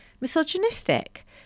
misogynistic